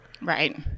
Right